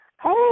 Hey